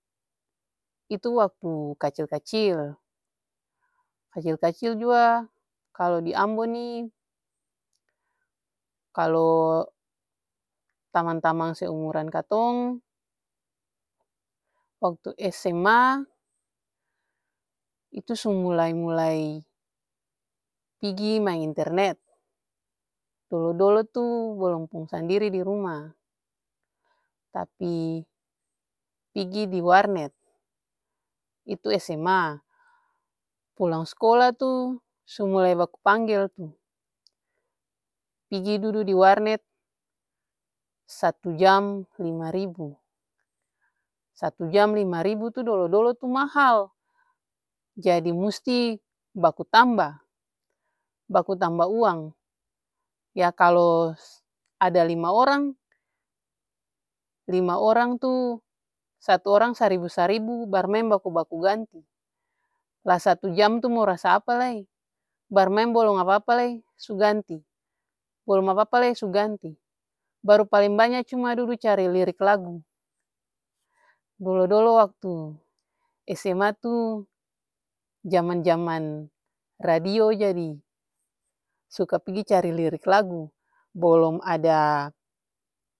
Itu waktu kacil-kacil. Kacil-kacil jua kalo di ambon nih, kalu tamang-tamang seumuran katong, waktu sma itu su mulai-mulai pigi maeng internet. Dolo-dolo tuh balong pung sandiri dirumah tapi pigi di warnet itu sma. Pulang skolah tuh sumulai baku panggel tuh pigi dudu diwarnet satu jam lima ribu, satu jam lima ribu tuh dolo-dolo tuh mahal. Jadi musti baku tamba, baku tamba uang yah kalu ada lima orang, lima orang tuh satu orang saribu-saribu barmaeng baku-baku ganti. Lah satu jam tuh mo rasa apalai, barmaeng balong apa-apalai su ganti, balong apa-apalai su ganti. Baru paleng banya cuma dudu cari lirik lagu. Dolo-dolo waktu sma tuh jaman-jaman radio jadi suka pigi cari lirik lagu balom ada.